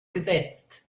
gesetzt